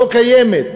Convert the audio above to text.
לא קיימת.